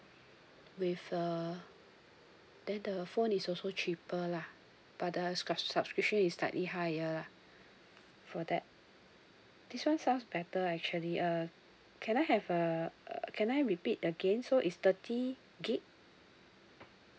with the then the phone is also cheaper lah but the subs~ subscription is slightly higher lah for that this one sound better actually uh can I have uh can I repeat again so is thirty G_B